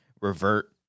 revert